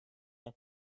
ans